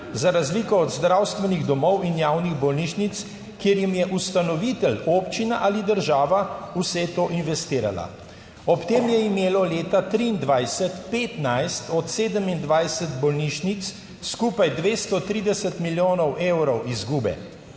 za razliko od zdravstvenih domov in javnih bolnišnic, kjer jim je ustanovitelj občina ali država vse to investirala. Ob tem je imelo leta 2023 15 od 27 bolnišnic skupaj 230 milijonov evrov izgube.